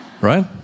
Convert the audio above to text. right